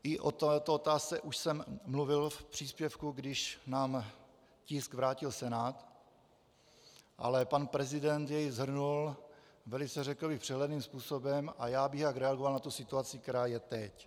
I o této otázce už jsem mluvil v příspěvku, když nám tisk vrátil Senát, ale pan prezident jej shrnul velice, řekl bych, přehledným způsobem a já bych rád reagoval na tu situaci, která je teď.